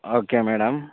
okay madam